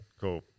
cool